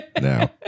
now